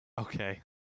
Okay